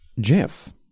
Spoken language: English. Jeff